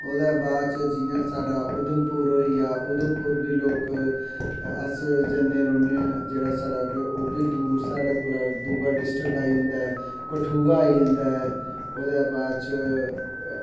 ओह्दो बाद च जियां साढ़ा ऊधमपुर होईया ऊधमपुर बी लोग अस जन्ने रौह्ने आं जेह्ड़ा साढ़ा ओह्बी दूर साढ़ै कोला दूआ डिस्टक आई जंदा ऐ कठुआ आई जंदा ऐ ओह्दै बाद च